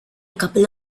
couple